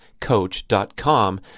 Coach.com